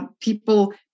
People